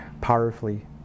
powerfully